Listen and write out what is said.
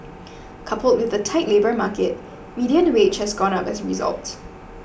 coupled with the tight labour market median wage has gone up as a result